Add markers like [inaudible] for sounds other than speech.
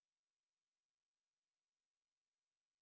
[unintelligible]